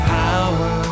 power